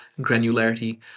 granularity